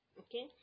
okay